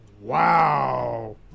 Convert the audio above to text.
Wow